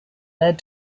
led